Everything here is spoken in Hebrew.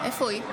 אינו נוכח